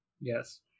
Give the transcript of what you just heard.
Yes